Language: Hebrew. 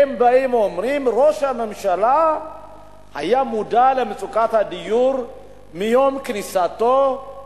באים ואומרים: ראש הממשלה היה מודע למצוקת הדיור מיום כניסתו,